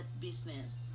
business